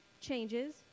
changes